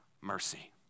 Mercy